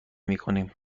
میکنیم